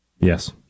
Yes